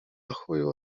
chuju